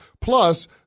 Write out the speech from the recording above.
Plus